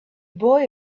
boy